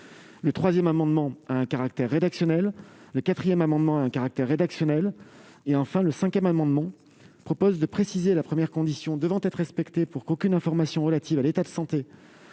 le 3ème amendement un caractère rédactionnel, le 4ème amendement un caractère rédactionnel et enfin le 5ème amendement propose de préciser la première conditions devaient être respectés pour qu'aucune information relative à l'état de santé